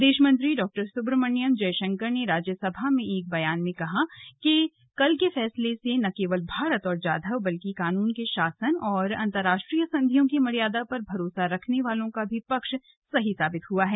विदेशमंत्री डॉ सुब्रहमण्यम जयशंकर ने राज्यसभा में एक बयान में कहा कि कल के फैसले से न केवल भारत और जाधव बल्कि कानून के शासन और अंतरराष्ट्रीय संधियों की मर्यादा पर भरोसा रखने वालों का पक्ष भी सही साबित हुआ है